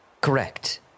Correct